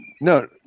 no